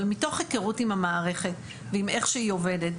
אבל מתוך הכרות עם המערכת ועם איך שהיא עובדת,